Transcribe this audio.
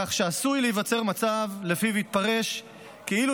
כך שעשוי להיווצר מצב שיתפרש כאילו